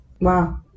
Wow